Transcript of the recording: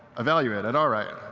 evaluated, all right.